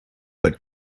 but